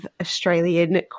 Australian